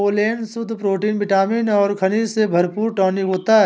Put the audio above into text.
pollen शुद्ध protein vitamin और खनिजों से भरपूर टॉनिक होता है